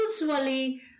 usually